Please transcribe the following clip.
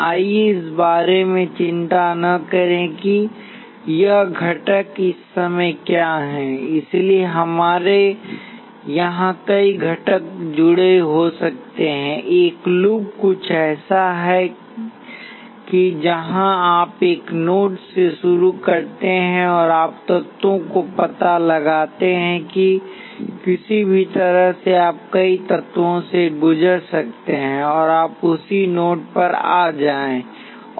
आइए इस बारे में चिंता न करें कि यह घटक इस समय क्या हैं इसलिए हमारे यहां कई घटक जुड़े हो सकते हैं एक लूप कुछ ऐसा है जहां आप एक नोड से शुरू करते हैं और आप तत्वों का पता लगाते हैं और किसी भी तरह से आप कई तत्वों से गुजर सकते हैं और वापस उसी नोड पर आ जाएं